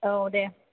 औ दे